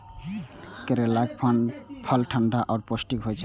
करैलाक फल ठंढा आ पौष्टिक होइ छै